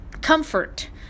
comfort